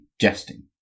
jesting